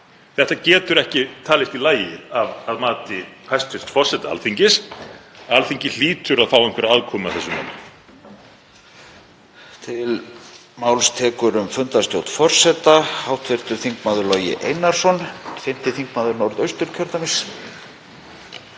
getur ekki talist í lagi að mati hæstv. forseta Alþingis. Alþingi hlýtur að fá einhverja aðkomu að þessu máli.